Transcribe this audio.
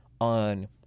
on